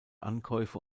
ankäufe